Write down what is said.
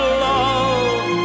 love